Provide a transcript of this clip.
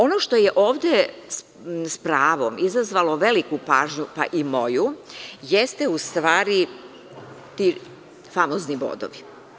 Ono što je ovde s pravom izazvalo veliku pažnju, pa i moju, jesu u stvari ti famozni bodovi.